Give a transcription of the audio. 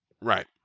right